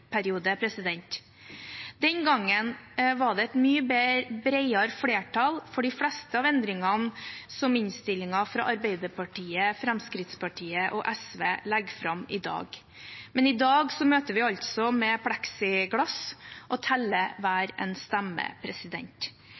Den gangen var det et mye bredere flertall for de fleste av endringene som Arbeiderpartiet, Fremskrittspartiet og SV legger fram i innstillingen i dag. Men i dag møter vi altså med pleksiglass og teller hver stemme.